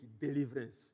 deliverance